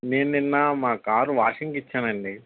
నేను నిన్న మా కారు వాషింగ్ ఇచ్చానండి